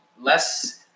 less